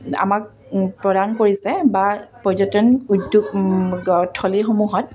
আমাক প্ৰদান কৰিছে বা পৰ্যটন উদ্যোগ থলীসমূহত